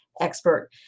expert